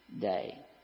day